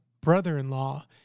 brother-in-law